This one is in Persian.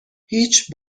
هیچ